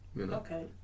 Okay